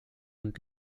hund